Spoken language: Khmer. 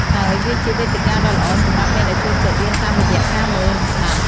ហើយវាជាវេទិកាដ៏ល្អសម្រាប់អ្នកដែលចូលចិត្តរៀនតាមរយៈការមើល និងស្តាប់។